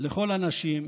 לכל הנשים,